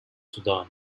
sudan